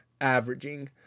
averaging